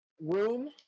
Room